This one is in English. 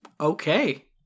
Okay